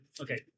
okay